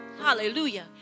Hallelujah